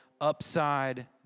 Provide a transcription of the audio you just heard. upside